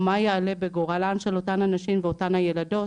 או מה יעלה בגורלן של אותן הנשים ואותן הילדות,